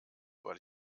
weil